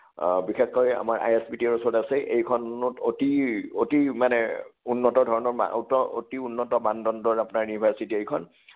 বিশেষকৈ আমাৰ I S B টিৰ ওচৰত আছে এইখনত অতি অতি মানে উন্নত ধৰণৰ মা অতি উন্নত মানদণ্ডৰ আপোনাৰ ইউনিভাৰ্চিটি এইখন